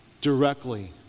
directly